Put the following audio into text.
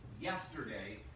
Yesterday